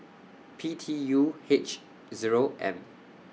P T U H Zero M